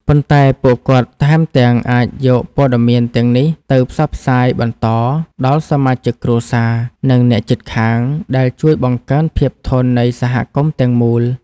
ប៉ុន្តែពួកគាត់ថែមទាំងអាចយកព័ត៌មានទាំងនេះទៅផ្សព្វផ្សាយបន្តដល់សមាជិកគ្រួសារ និងអ្នកជិតខាង ដែលជួយបង្កើនភាពធន់នៃសហគមន៍ទាំងមូល។